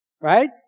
right